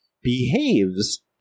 behaves